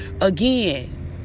again